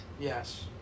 Yes